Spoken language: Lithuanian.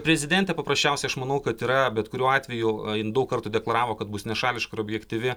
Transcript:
prezidentė paprasčiausiai aš manau kad yra bet kuriuo atveju jin daug kartų deklaravo kad bus nešališka ir objektyvi